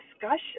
discussion